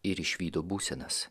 ir išvydo būsenas